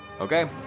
Okay